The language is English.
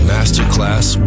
Masterclass